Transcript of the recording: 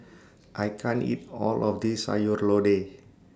I can't eat All of This Sayur Lodeh